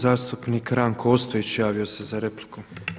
Zastupnik Ranko Ostojić javio se za repliku.